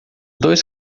dois